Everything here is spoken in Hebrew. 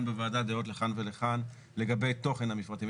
בוועדה דעות לכאן ולכאן לגבי תוכן המפרטים.